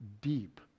deep